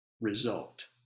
result